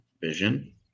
Vision